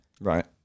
Right